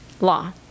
Law